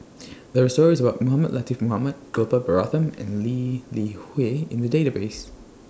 There Are stories about Mohamed Latiff Mohamed Gopal Baratham and Lee Li Hui in The Database